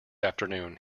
afternoon